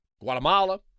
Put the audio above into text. Guatemala